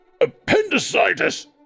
appendicitis